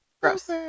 Gross